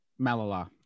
Malala